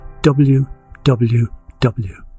WWW